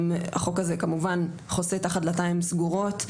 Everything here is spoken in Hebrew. החוק הזה כמובן חוסה תחת דלתיים סגורות.